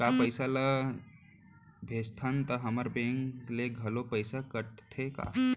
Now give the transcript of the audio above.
का पइसा ला भेजथन त हमर बैंक ले घलो पइसा कटथे का?